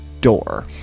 door